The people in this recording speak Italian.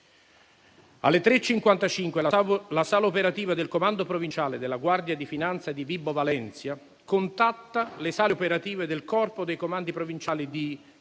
ore 3,55 la sala operativa del comando provinciale della Guardia di finanza di Vibo Valentia contatta le sale operative del Corpo dei comandi provinciali di